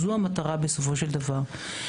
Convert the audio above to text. זאת המטרה בסופו של דבר.